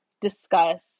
discuss